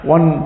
One